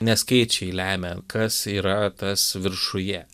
ne skaičiai lemia kas yra tas viršuje